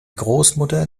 großmutter